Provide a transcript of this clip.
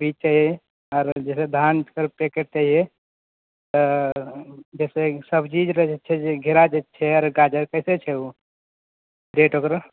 बीज चाही और जे छै धान के पैकेट चाही तऽ जे छै सब्जी जे छै घेरा जे छै और गाजर कैसे छै ओ रेट ओकर